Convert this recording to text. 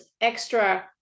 extra